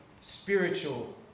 spiritual